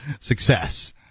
success